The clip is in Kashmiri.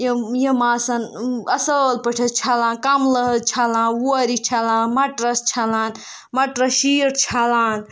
یِم یِم آسَن اَصٕل پٲٹھۍ حظ چھَلان کَملہٕ حظ چھَلان وورِ چھَلان مَٹرَس چھَلان مٹرَس شیٖٹ چھَلان